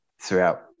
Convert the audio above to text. throughout